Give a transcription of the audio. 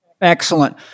Excellent